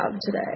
today